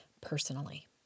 personally